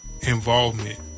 Involvement